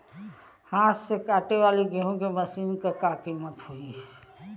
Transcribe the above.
हाथ से कांटेवाली गेहूँ के मशीन क का कीमत होई?